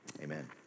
amen